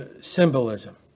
symbolism